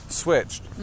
switched